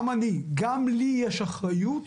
גם אני, גם לי יש אחריות